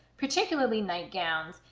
particularly night gowns,